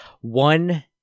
one